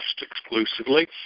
exclusively